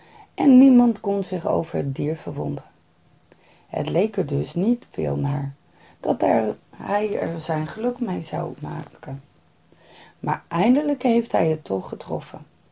en niemand kon zich over het dier verwonderen het leek er dus niet veel naar dat hij er zijn geluk mee zou maken maar eindelijk heeft hij het toch getroffen